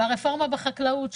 והרפורמה בחקלאות,